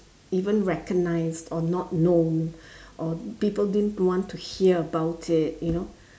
even recognize or not known or people didn't want to hear about it you know